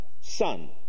Son